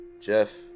Jeff